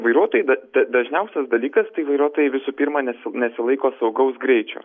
vairuotojai da da dažniausias dalykas tai vairuotojai visų pirma nesi nesilaiko saugaus greičio